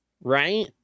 right